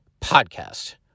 podcast